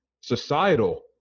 societal